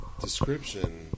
description